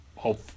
Hope